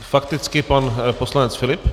Fakticky pan poslanec Filip.